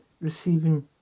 receiving